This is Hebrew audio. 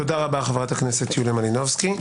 תודה רבה, חברת הכנסת יוליה מלינובסקי.